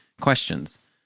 questions